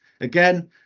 Again